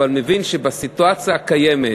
אבל מבין שבסיטואציה הקיימת,